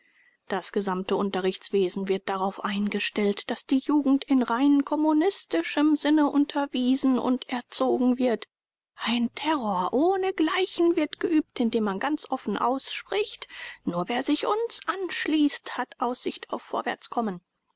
das gesamte unterrichtswesen wird darauf eingestellt daß die jugend in rein kommunistischem sinne unterwiesen und erzogen wird ein terror ohnegleichen wird geübt indem man ganz offen ausspricht nur wer sich uns anschließt hat aussicht auf